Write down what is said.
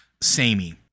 samey